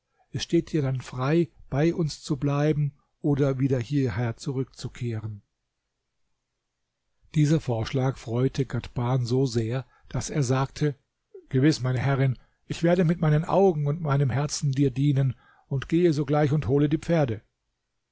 es steht dir dann frei bei uns zu bleiben oder wieder hierher zurückzukehren dieser vorschlag freute ghadhban so sehr daß er sagte gewiß meine herrin ich werde mit meinen augen und meinem herzen dir dienen ich gehe sogleich und hole die pferde